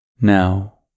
Now